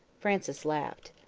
frances laughed.